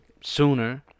sooner